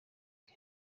bwe